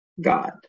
God